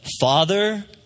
Father